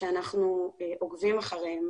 שאנחנו עוקבים אחריהם.